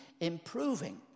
improving